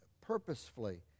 purposefully